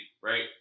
right